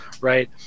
right